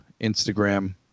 Instagram